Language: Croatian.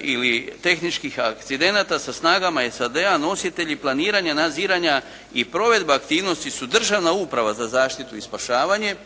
ili tehničkih akcidenata sa snagama SAD-a nositelji planiranja, nadziranja i provedba aktivnosti su Državna uprava za zaštitu i spašavanje